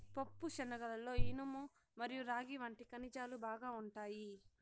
పప్పుశనగలలో ఇనుము మరియు రాగి వంటి ఖనిజాలు బాగా ఉంటాయి